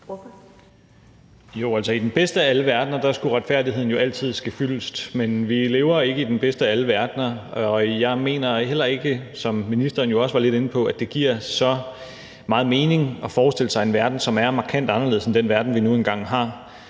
Jo, i den bedste af alle verdener skulle retfærdigheden jo altid ske fyldest, men vi lever ikke i den bedste af alle verdener, og jeg mener heller ikke, som ministeren jo også var lidt inde på, at det giver så meget mening at forestille sig en verden, som er markant anderledes end den verden, vi nu engang har.